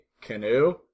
canoe